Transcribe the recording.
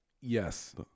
Yes